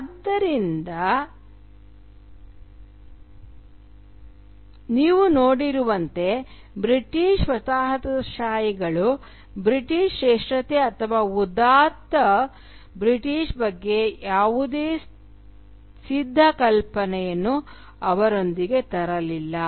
ಆದ್ದರಿಂದ ನೀವು ನೋಡುವಂತೆ ಬ್ರಿಟಿಷ್ ವಸಾಹತುಶಾಹಿಗಳು ಬ್ರಿಟಿಷ್ ಶ್ರೇಷ್ಠತೆ ಅಥವಾ ಉದಾತ್ತ ಬ್ರಿಟಿಷ್ ಬಗ್ಗೆ ಯಾವುದೇ ಸಿದ್ಧ ಕಲ್ಪನೆಯನ್ನು ಅವರೊಂದಿಗೆ ತರಲಿಲ್ಲ